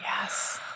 yes